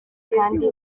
kandi